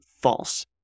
false